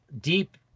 deep